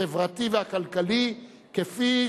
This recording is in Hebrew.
החברתי והכלכלי, כפי